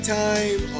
time